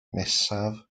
nesaf